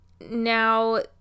Now